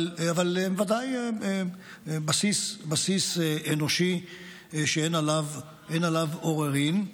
אבל זה ודאי בסיס אנושי שאין עליו עוררין.